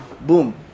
boom